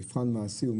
מבחן מעשי,